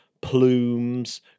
plumes